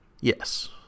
Yes